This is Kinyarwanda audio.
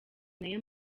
nayo